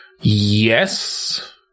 Yes